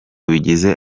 bigize